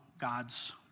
God's